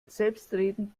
selbstredend